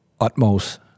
utmost